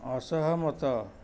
ଅସହମତ